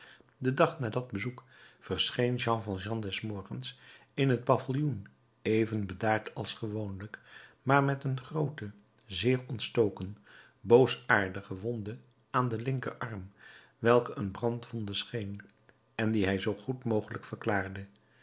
den dag na dat bezoek verscheen jean valjean des morgens in het paviljoen even bedaard als gewoonlijk maar met een groote zeer ontstoken boosaardige wonde aan den linkerarm welke een brandwonde scheen en die hij zoo goed mogelijk verklaarde